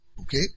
Okay